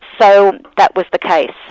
so that was the case.